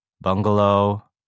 Bungalow